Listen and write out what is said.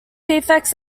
defects